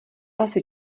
asi